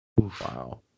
wow